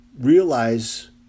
realize